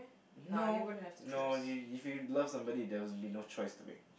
no no if if you love somebody there would be no choice to make